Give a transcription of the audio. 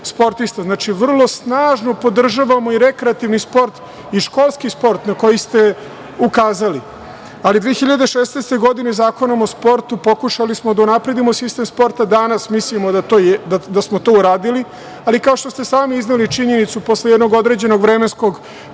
Znači, vrlo snažno podržavamo i rekreativni sport i školski sport na koji ste ukazali. Godine 2016. Zakonom o sportu pokušali smo da unapredimo sistem sporta. Danas mislimo da smo to uradili, ali kao što ste sami izneli činjenicu, posle jednog određenog vremenskog perioda